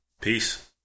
peace